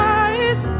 eyes